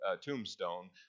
tombstone